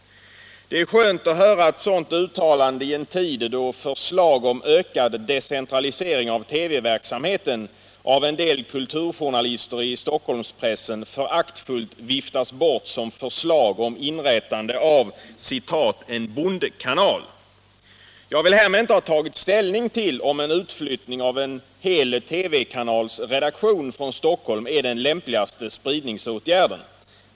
Det är skönt att höra ett sådant uttalande i en tid då förslag om ökad decentralisering av TV verksamheten av en del kulturjournalister i Stockholmspressen föraktfullt viftas bort som förslag om inrättande av ”en bondkanal”. Jag vill härmed inte ha tagit ställning till om en utflyttning av en hel TV-kanalsredaktion från Stockholm är den lämpligaste spridningsåtgärden.